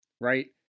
right